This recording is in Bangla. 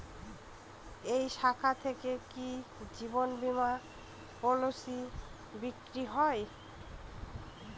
এই শাখা থেকে কি জীবন বীমার পলিসি বিক্রয় হয়?